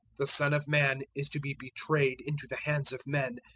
the son of man is to be betrayed into the hands of men,